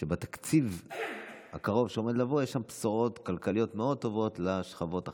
שבתקציב הקרוב שעומד לבוא יש בשורות כלכליות מאוד טובות לשכבות החלשות: